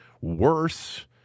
worse